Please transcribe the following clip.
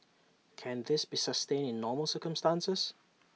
can this be sustained in normal circumstances